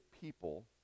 people